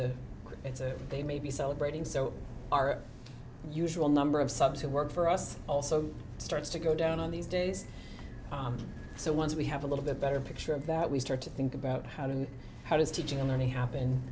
a it's a they may be celebrating so our usual number of subs who work for us also starts to go down on these days so once we have a little bit better picture of that we start to think about how to how does teaching and learning happen